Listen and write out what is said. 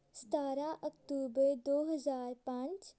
ਸਤਾਰਾਂ ਅਕਤੂਬਰ ਦੋ ਹਜ਼ਾਰ ਪੰਜ